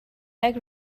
like